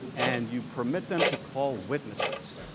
and you permit them to call witnesses.